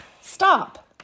Stop